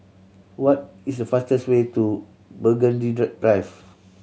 what is the fastest way to Burgundy Drive